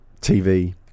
TV